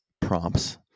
prompts